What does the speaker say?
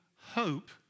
hope